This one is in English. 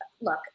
look